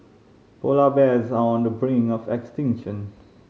polar bears are on the brink of extinction